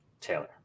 Taylor